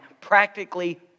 practically